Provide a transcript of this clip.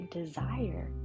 desire